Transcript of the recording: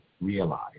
realize